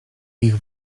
ich